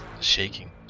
shaking